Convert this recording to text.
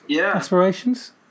aspirations